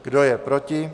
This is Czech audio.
Kdo je proti?